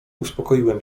uspokoiłem